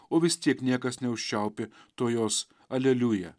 o vis tiek niekas neužčiaupė to jos aleliuja